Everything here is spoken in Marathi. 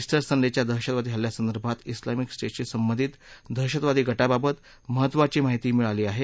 क्टेर संडेच्या दहशतवादी हल्ल्यासंदर्भात क्लिामिक स्टेटशी संबंधित दहशतवादी गटाबाबत महत्वाची माहिती मिळाली आहे